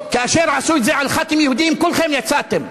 כאשר עשו את זה על ח"כים יהודים, כולכם יצאתם.